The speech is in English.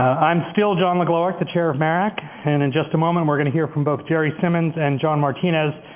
i'm still john legloahec, the chair of marac. and in just a moment we're going to hear from both jerry simmons and john martinez.